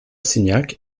signac